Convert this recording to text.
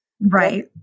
Right